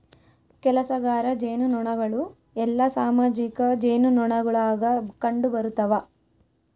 ಕೆಲಸಗಾರ ಜೇನುನೊಣಗಳು ಎಲ್ಲಾ ಸಾಮಾಜಿಕ ಜೇನುನೊಣಗುಳಾಗ ಕಂಡುಬರುತವ